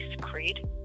creed